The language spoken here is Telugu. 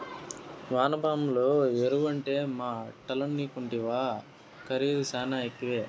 వానపాముల ఎరువంటే మాటలనుకుంటివా ఖరీదు శానా ఎక్కువే